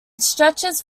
stretches